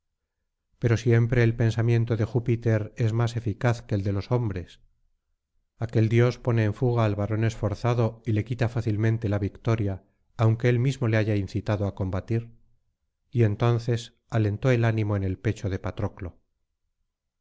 pero siempre el pensamiento de júpiter es más eficaz que el de los hombres aquel dios pone en fuga al varón esforzado y le quita fácilmente la victoria aunque él mismo le haya incitado á combatir y entonces alentó el ánimo en el pecho de patroclo